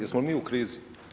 Jesmo mi u krizi?